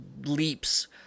leaps